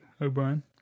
O'Brien